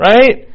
Right